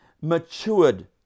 matured